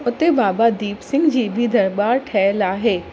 उते बाबा दीप सिंह जी बि दरबारु ठहियलु आहे